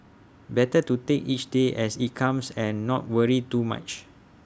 better to take each day as IT comes and not worry too much